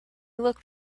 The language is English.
looked